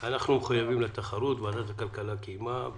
אני מתכבד לפתוח את ישיבת ועדת הכלכלה של הכנסת.